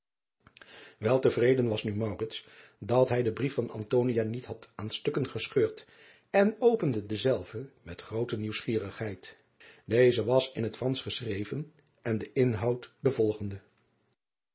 te vreden was nu dat hij den brief van driaan oosjes zn et leven van aurits ijnslager niet had aan stukken gescheurd en opende denzelven met groote nieuwsgierigheid eze was in het ransch geschreven en de inhoud de volgende